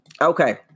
Okay